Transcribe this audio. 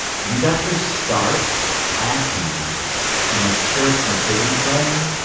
you got your start acting in a church nativity play,